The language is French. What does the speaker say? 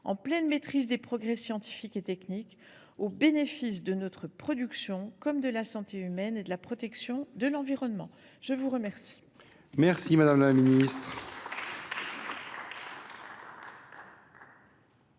la pleine maîtrise des progrès scientifiques et techniques, au bénéfice de notre production comme de la santé humaine et de la protection de l’environnement. La parole est à M. le rapporteur.